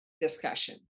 discussion